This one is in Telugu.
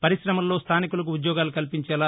పరిశ్రమల్లో స్థానికులకు ఉద్యోగాలు కల్పించేలా